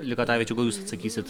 likatavičiau gal jūs sakysit